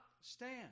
stand